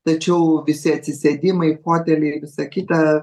tačiau visi atsisėdimai foteliai visa kita